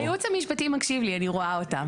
הייעוץ המשפטי מקשיב לי, אני רואה אותם.